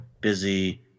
busy